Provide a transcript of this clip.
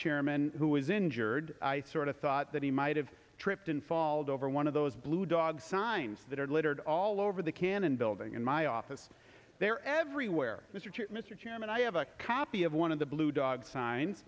chairman who was injured i sort of thought that he might have tripped and falls over one of those blue dog signs that are littered all over the cannon building in my office there everywhere mr chairman i have a copy of one of the blue dog sign